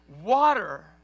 Water